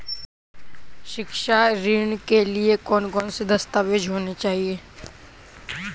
शिक्षा ऋण के लिए कौन कौन से दस्तावेज होने चाहिए?